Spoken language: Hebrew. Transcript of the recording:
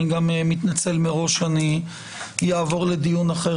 אני גם מתנצל מראש שאני אעבור לדיון אחר